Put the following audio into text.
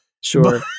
Sure